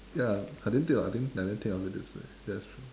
ya I didn't think of I didn't I didn't think of it this way that's true